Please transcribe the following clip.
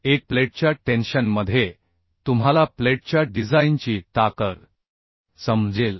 1 प्लेटच्या टेन्शन मध्ये तुम्हाला प्लेटच्या डिझाइनची ताकद समजेल